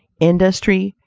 industry,